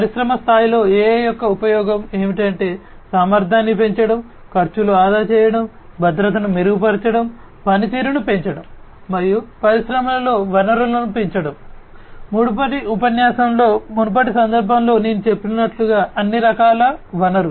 పరిశ్రమ స్థాయిలో AI యొక్క ఉపయోగం ఏమిటంటే సామర్థ్యాన్ని పెంచడం ఖర్చులు ఆదా చేయడం భద్రతను మెరుగుపరచడం పనితీరును పెంచడం మరియు పరిశ్రమలలో వనరులను పెంచడం మునుపటి ఉపన్యాసంలో మునుపటి సందర్భంలో నేను చెప్పినట్లుగా అన్ని రకాల వనరులు